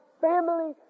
family